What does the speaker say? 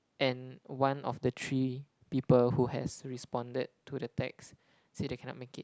and one of the three people who has responded to the text say they cannot make it